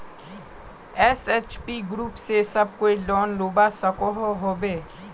SHG group से सब कोई लोन लुबा सकोहो होबे?